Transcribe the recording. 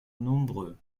nombreux